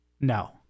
No